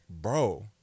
Bro